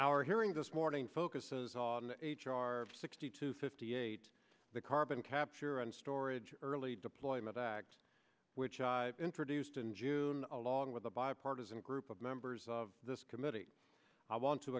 our hearing this morning focuses on h r sixty two fifty eight the carbon capture and storage early deployment act which i've introduced in june along with a bipartisan group of members of this committee i want to